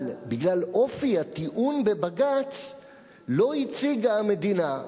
אבל בגלל אופי הטיעון בבג"ץ לא הציגה המדינה,